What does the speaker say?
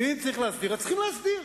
ואם צריך להסדיר, אז צריך להסדיר.